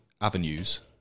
avenues